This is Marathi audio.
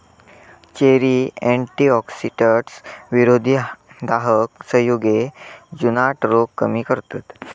चेरी अँटीऑक्सिडंट्स, विरोधी दाहक संयुगे, जुनाट रोग कमी करतत